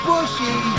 Bushy